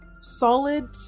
solid